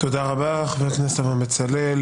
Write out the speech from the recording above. תודה רבה, חבר הכנסת אברהם בצלאל.